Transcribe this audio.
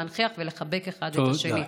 להנכיח ולחבק אחד את השני.